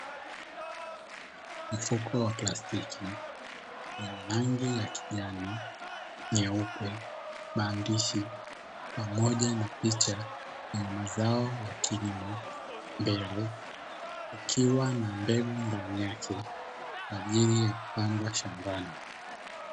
Mfuko wa plastiki wenye rangi ya kijani, nyeupe, maandishi pamoja na picha yenye mazao ya kilimo mbele kukiwa na mbegu ndani yake kwa ajili ya kupandwa shambani.